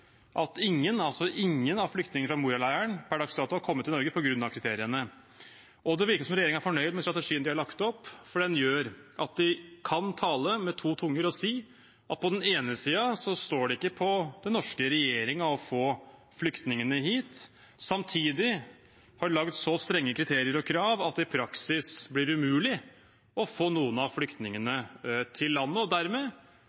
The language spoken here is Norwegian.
ingen av flyktningene fra Moria-leiren per dags dato har kommet til Norge – på grunn av kriteriene. Det virker som om regjeringen er fornøyd med strategien de har lagt opp, for den gjør at de kan tale med to tunger og si at på den ene siden står det ikke på den norske regjeringen å få flyktningene hit, og samtidig har de laget så strenge kriterier og krav at det i praksis blir umulig å få noen av